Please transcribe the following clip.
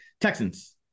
Texans